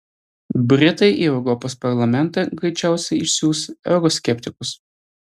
britai į europos parlamentą greičiausiai išsiųs euroskeptikus